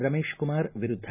ರಮೇಶ್ ಕುಮಾರ್ ವಿರುದ್ಧ